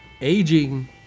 aging